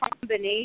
combination